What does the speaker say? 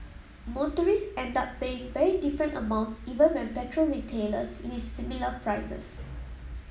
motorists end up paying very different amounts even when petrol retailers list similar prices